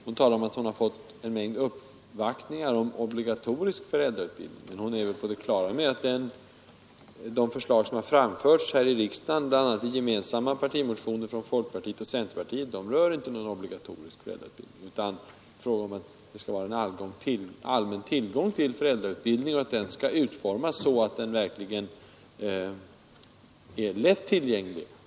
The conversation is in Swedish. Hon talar om att hon fått en mängd uppvaktningar om obligatorisk sådan. Fru Odhnoff har väl klart för sig att de förslag som framförts här i riksdagen, bl.a. i gemensamma partimotioner från folkpartiet och centerpartiet, inte rör någon obligatorisk föräldrautbildning. Det skall vara en allmän tillgång till föräldrautbildning, och den skall utformas så att den verkligen är lätt tillgänglig.